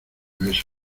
besos